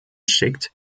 schickt